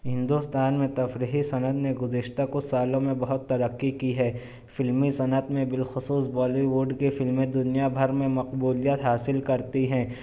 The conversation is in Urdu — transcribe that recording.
ہندوستان میں تفریحی صنعت نے گزشتہ کچھ سالوں میں بہت ترقی کی ہے فلمی صنعت میں بالخصوص بالیووڈ کی فلمیں دنیا بھر میں مقبولیت حاصل کرتی ہیں